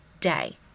day